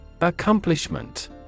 Accomplishment